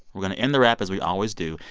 we're going to end the wrap as we always do.